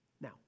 Now